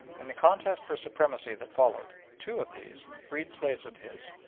in the contest for supremacy that followed, two of these, freed slaves of his,